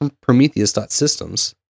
Prometheus.Systems